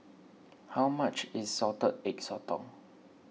how much is Salted Egg Sotong